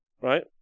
right